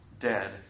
dead